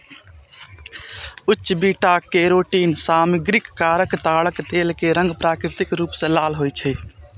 उच्च beta carotene सामग्रीक कारण ताड़क तेल के रंग प्राकृतिक रूप सं लाल होइ छै